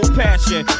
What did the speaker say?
passion